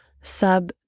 Sub